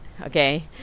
okay